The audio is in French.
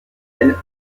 elles